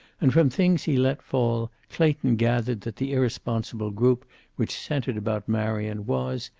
and from things he let fall, clayton gathered that the irresponsible group which centered about marion was,